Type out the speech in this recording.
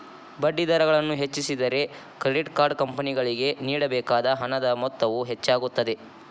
ಬಡ್ಡಿದರಗಳನ್ನು ಹೆಚ್ಚಿಸಿದರೆ, credit card ಕಂಪನಿಗಳಿಗೆ ನೇಡಬೇಕಾದ ಹಣದ ಮೊತ್ತವು ಹೆಚ್ಚಾಗುತ್ತದೆ